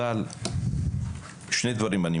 אבל אני מציע לך שני דברים: